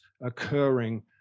occurring